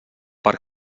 per